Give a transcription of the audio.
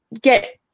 get